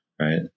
right